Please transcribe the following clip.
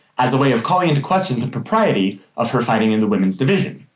as a way of calling into question the propriety of her fighting in the women's division.